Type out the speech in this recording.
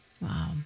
Wow